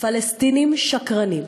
הפלסטינים שקרנים.